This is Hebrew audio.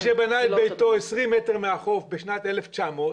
מי שבנה את ביתו 20 מטרים מהחוף בשנת 1900,